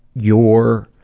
your